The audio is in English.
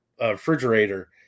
refrigerator